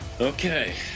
Okay